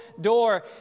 door